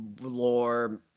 lore